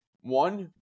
One